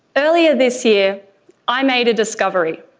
earlier this year i made a discovery.